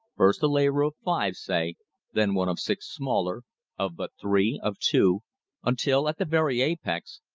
first a layer of five, say then one of six smaller of but three of two until, at the very apex,